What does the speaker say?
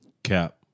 Cap